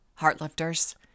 Heartlifters